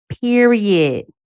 period